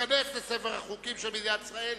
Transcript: וייכנס לספר החוקים של מדינת ישראל.